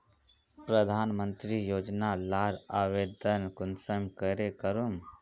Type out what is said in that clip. प्रधानमंत्री योजना लार आवेदन कुंसम करे करूम?